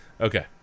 Okay